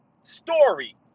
story